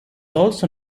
also